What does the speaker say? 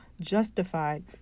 justified